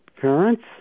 parents